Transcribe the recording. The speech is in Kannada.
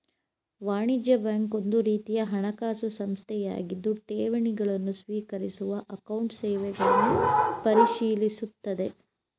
ವಾಣಿಜ್ಯ ಬ್ಯಾಂಕ್ ಒಂದುರೀತಿಯ ಹಣಕಾಸು ಸಂಸ್ಥೆಯಾಗಿದ್ದು ಠೇವಣಿ ಗಳನ್ನು ಸ್ವೀಕರಿಸುವ ಅಕೌಂಟ್ ಸೇವೆಗಳನ್ನು ಪರಿಶೀಲಿಸುತ್ತದೆ